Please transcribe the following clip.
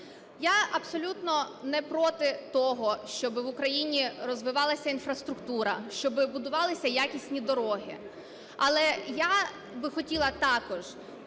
Я абсолютно не проти того, щоби в Україні розвивалася інфраструктура, щоби будувалися якісні дороги. Але я би хотіла також,